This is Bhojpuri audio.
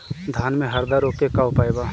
धान में हरदा रोग के का उपाय बा?